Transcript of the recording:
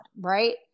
right